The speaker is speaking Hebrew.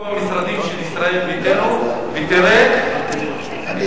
תבדוק במשרדים של ישראל ביתנו ותראה את